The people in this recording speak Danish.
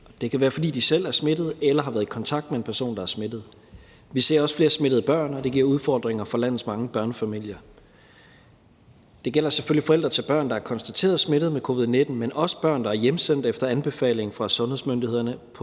Det kan være, fordi de selv er smittet eller har været i kontakt med en person, der er smittet. Vi ser også flere smittede børn, og det giver udfordringer for landets mange børnefamilier. Det gælder selvfølgelig forældre til børn, der er konstateret smittet med covid-19, men også børn, der er hjemsendt efter anbefaling fra sundhedsmyndighederne